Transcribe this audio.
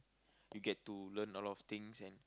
you get to learn a lot of things and